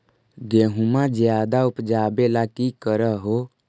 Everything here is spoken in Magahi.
गेहुमा ज्यादा उपजाबे ला की कर हो?